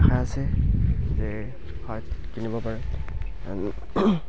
আশা আছে যে হয়তো কিনিব পাৰিম